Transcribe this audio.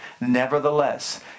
nevertheless